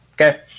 okay